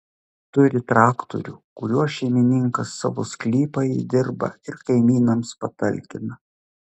turi traktorių kuriuo šeimininkas savo sklypą įdirba ir kaimynams patalkina